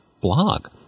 blog